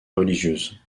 religieuse